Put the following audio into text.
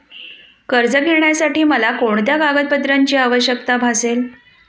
कर्ज घेण्यासाठी मला कोणत्या कागदपत्रांची आवश्यकता भासेल?